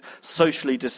socially